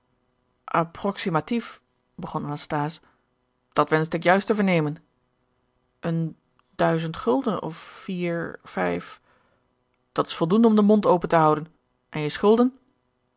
approximatief begon anasthase dat wenschte ik juist te vernemen een duizend gulden of vier vijf dat is voldoende om den mond open te houden en je schulden